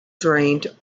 drained